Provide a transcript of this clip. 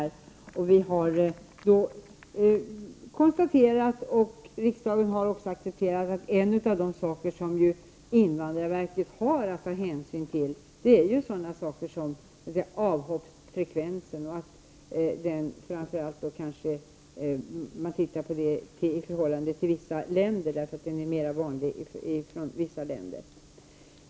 Regeringen har konstaterat, och riksdagen har accepterat detta, och en av de saker som invandrarverket har att ta hänsyn till är avhoppsfrekvensen, och kanske framför allt från vissa länder, eftersom det är mer vanligt med avhopp vid besök från vissa länder.